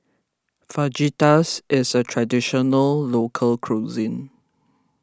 Fajitas is a Traditional Local Cuisine